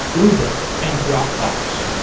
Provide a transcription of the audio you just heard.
uber, and dropbox.